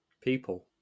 People